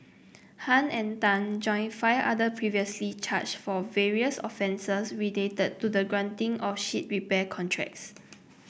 Han and Tan join five other previously charged for various offences related to the granting of ship repair contracts